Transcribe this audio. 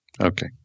okay